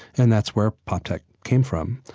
and that's where poptech came from.